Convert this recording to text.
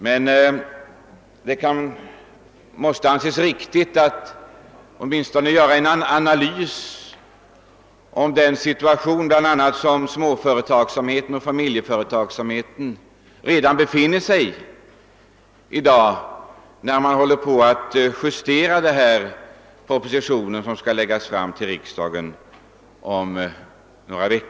Men det måste anses riktigt att i dag, då man håller på med att justera den proposition som snart skall läggas fram för riksdagen, göra en analys av den situation vari småföretagsamheten och familjeföretagsamheten redan befinner sig.